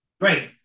Great